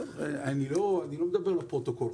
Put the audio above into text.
אני לא מדבר לפרוטוקול.